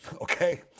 okay